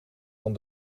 van